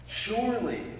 Surely